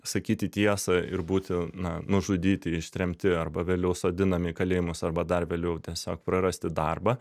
sakyti tiesą ir būti na nužudyti ištremti arba vėliau sodinami į kalėjimus arba dar vėliau tiesiog prarasti darbą